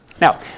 Now